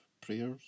prayers